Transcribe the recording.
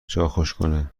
کنه